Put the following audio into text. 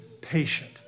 patient